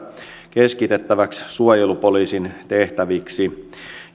keskitettäväksi suojelupoliisin tehtäväksi